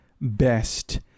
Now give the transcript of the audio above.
best